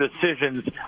decisions